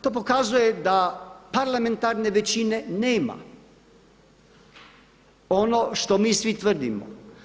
To pokazuje da parlamentarne većine nema, ono što mi svi tvrdimo.